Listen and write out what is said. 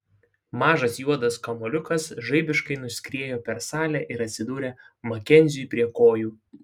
mažas juodas kamuoliukas žaibiškai nuskriejo per salę ir atsidūrė makenziui prie kojų